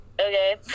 okay